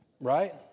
right